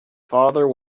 father